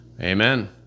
Amen